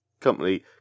company